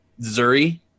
Zuri